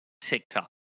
TikTok